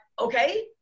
okay